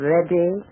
Ready